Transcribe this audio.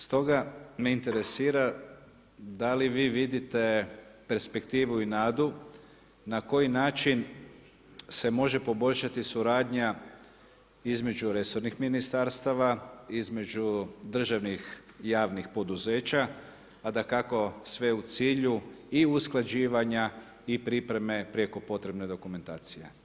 Stoga me interesira da li vi vidite perspektivu i nadu na koji način se može poboljšati suradnja između resornih ministarstava, između državnih i javnih poduzeća a dakako sve u cilju usklađivanja i pripreme prijeko potrebne dokumentacije.